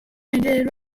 printed